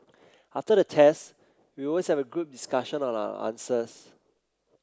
after the test we always have a group discussion on our answers